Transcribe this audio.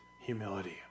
humility